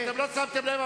אתם לא שמתם לב,